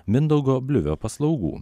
mindaugo bliuvio paslaugų